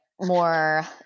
more